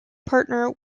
partner